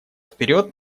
вперед